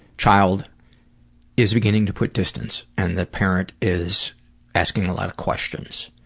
child is beginning to put distance and the parent is asking a lot of questions,